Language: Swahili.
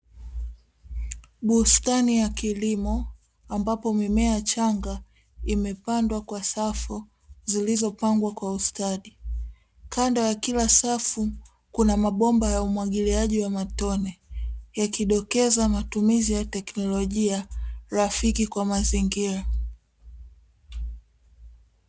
Bustani ya kilimo ambapo mimea changa imepandwa kwa safu zilizopangwa kwa ustadi. Kando ya kila safu kuna mabomba ya umwagiliaji wa matone ya kidokeza matumizi ya teknolojia rafiki kwa mazingira.